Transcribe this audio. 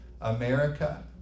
America